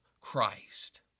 Christ